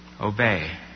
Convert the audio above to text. Obey